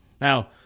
Now